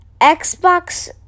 Xbox